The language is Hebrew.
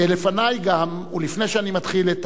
לפני שאני מתחיל את